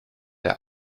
der